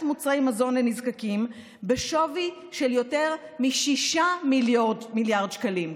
מוצרי מזון לנזקקים בשווי של יותר מ-6 מיליארד שקלים,